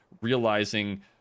realizing